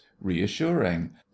reassuring